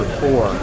four